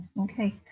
Okay